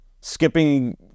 skipping